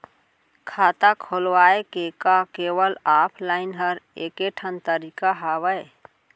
खाता खोलवाय के का केवल ऑफलाइन हर ऐकेठन तरीका हवय?